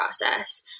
process